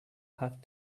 have